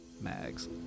Mags